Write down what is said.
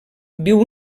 viu